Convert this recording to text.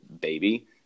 baby